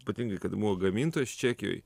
ypatingai kada gamintojas čekijoj